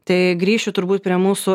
tai grįšiu turbūt prie mūsų